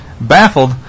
Baffled